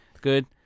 Good